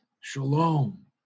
shalom